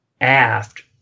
aft